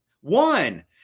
One